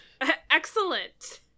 Excellent